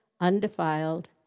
undefiled